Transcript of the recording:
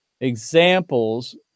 examples